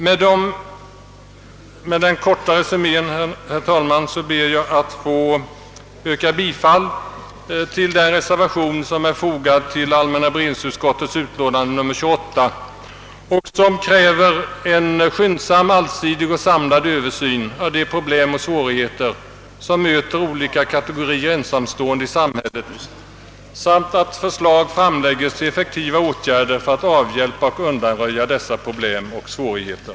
Med denna korta resumé, herr talman, ber jag att få yrka bifall till den reservation, som är fogad till allmänna beredningsutskottets utlåtande nr 28 och som kräver en skyndsam, allsidig och samlad översyn av de problem och svårigheter, som möter olika kategorier ensamstående i samhället, samt att förslag framlägges till effektiva åtgärder för att avhjälpa och undanröja dessa problem och svårigheter.